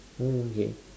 oo K